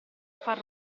far